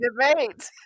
debate